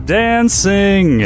dancing